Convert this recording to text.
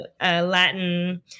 Latin